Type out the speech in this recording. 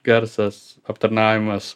garsas aptarnavimas